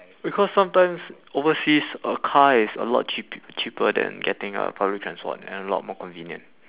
because sometimes overseas a car is a lot cheap~ cheaper than getting uh public transport and a lot more convenient